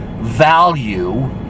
value